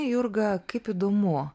jurga kaip įdomu